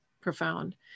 profound